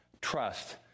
trust